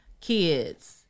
kids